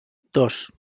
dos